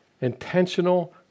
Intentional